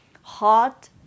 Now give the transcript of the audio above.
hot